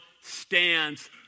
stands